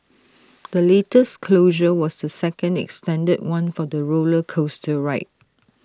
the latest closure was the second extended one for the roller coaster ride